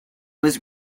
was